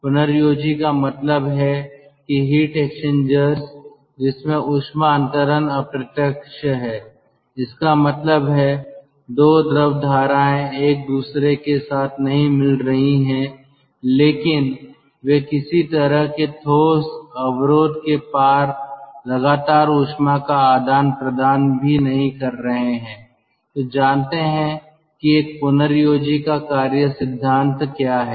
पुनर्योजी का मतलब है कि हीट एक्सचेंजर्स जिसमें ऊष्मा अंतरण अप्रत्यक्ष है इसका मतलब है 2 द्रव धाराएं एक दूसरे के साथ नहीं मिल रही हैं लेकिन वे किसी तरह के ठोस अवरोध के पार लगातार ऊष्मा का आदान प्रदान भी नहीं कर रहे हैं तो जानते हैं कि एक पुनर्योजी का कार्य सिद्धांत क्या है